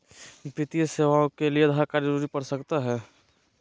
वित्तीय सेवाओं के लिए आधार कार्ड की जरूरत पड़ सकता है?